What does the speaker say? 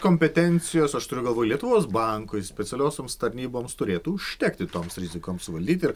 kompetencijas aš turiu galvoj lietuvos bankui specialiosioms tarnyboms turėtų užtekti toms rizikoms suvaldyti